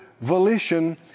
volition